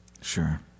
Sure